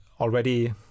already